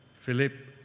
Philip